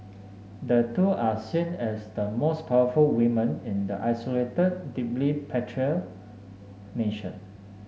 the two are seen as the most powerful women in the isolated deeply patriarchal nation